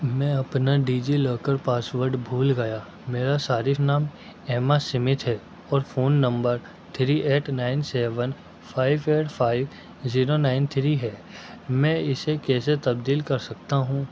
میں اپنا DigiLocker password بھول گیا میرا صارف نام ایما سیمتھ ہے اور phone number three eight nine seven five eight five zero nine three ہے میں اسے کیسے تبدیل کر سکتا ہوں